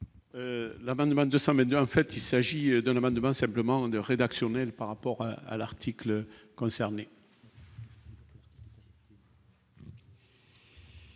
L'amendement 200 mètres en fait il s'agit d'un amendement simplement de rédactionnel par rapport à l'article concerné.